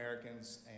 Americans